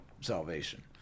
salvation